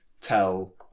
tell